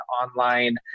online